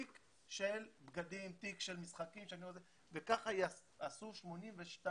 כדי שזה יתרום לזה, עשינו פרויקט שיש בו בערך 82